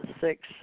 six